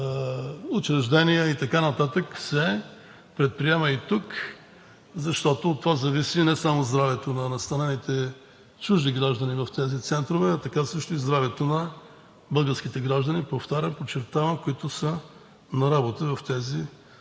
в други учреждения и така нататък, се предприема и тук. Защото от това зависи не само здравето на настанените чужди граждани в тези центрове, а така също и здравето на българските граждани – повтарям, подчертавам, които са на работа в тези центрове.